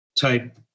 type